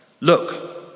Look